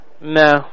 No